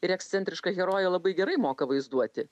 ir ekscentrišką heroję labai gerai moka vaizduoti